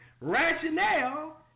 rationale